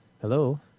hello